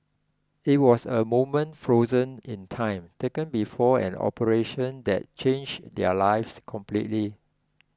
it was a moment frozen in time taken before an operation that changed their lives completely